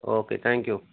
okay thank you